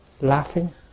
laughing